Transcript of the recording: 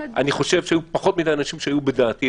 אני חושב שהיו פחות מדי אנשים שהיו בדעתי,